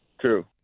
true